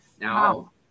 Now